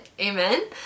Amen